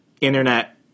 internet